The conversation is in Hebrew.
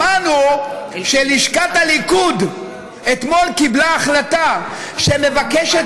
שמענו שלשכת הליכוד אתמול קיבלה החלטה שמבקשת